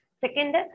Second